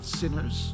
sinners